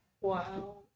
Wow